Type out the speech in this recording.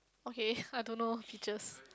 okay I don't know teachers